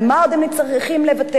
על מה עוד הם צריכים לוותר?